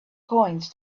coins